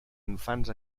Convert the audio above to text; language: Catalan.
infants